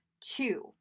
two